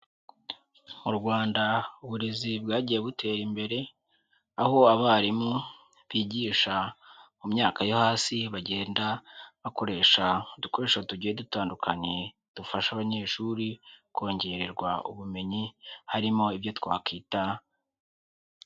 Mu Rwanda uburezi bwagiye butera imbere aho abarimu bigisha mu myaka yo hasi bagenda bakoresha udukoresho tugiye dutandukanye dufasha abanyeshuri kongererwa ubumenyi harimo ibyo twakwita..